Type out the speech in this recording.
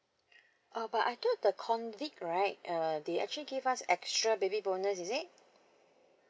uh but I thought the COVID right uh they actually gave us extra baby bonus is it